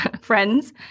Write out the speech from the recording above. friends